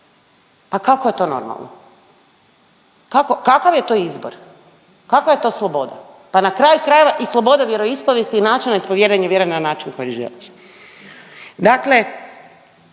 A kako je to normalno? Kakav je to izbor? Kakva je to sloboda? Pa na kraju krajeva i sloboda vjeroispovijesti i načina ispovijedanja vjere na način koji želiš.